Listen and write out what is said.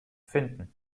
finden